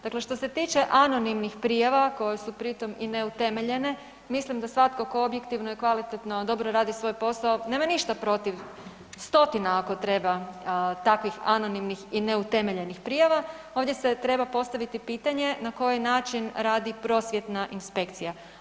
Dakle, što se tiče anonimnih prijava koje su pri tome i neutemeljene, mislim da svatko tko objektivno i kvalitetno dobro radi svoj posao nema ništa protiv stotina ako treba takvih anonimnih i neutemeljenih prijava, ovdje se treba postaviti pitanje na koji način radi prosvjetna inspekcija.